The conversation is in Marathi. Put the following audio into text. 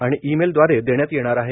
आणि ई मेल द्वारे देण्यात येणार आहे